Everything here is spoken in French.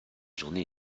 journées